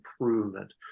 improvement